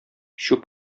чүп